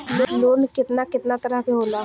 Loan केतना केतना तरह के होला?